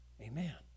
Amen